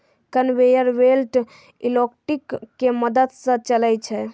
conveyor belt electric के मदद स चलै छै